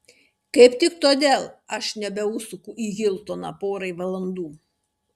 kaip tik todėl aš nebeužsuku į hiltoną porai valandų